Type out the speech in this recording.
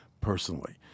personally